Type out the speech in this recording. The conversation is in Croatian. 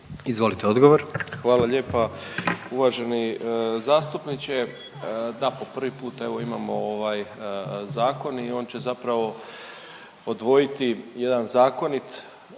Ivan (HDZ)** Hvala lijepo. Uvaženi zastupniče, da po prvi puta evo imamo ovaj zakon i on će zapravo odvojiti jedan zakonit